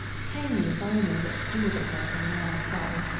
hang me if i know what to do with the vessel, now i have got her